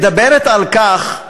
מדברת על כך,